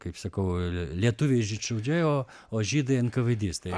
kaip sakau lietuviai žydšaudžiai o o žydai enkavėdistai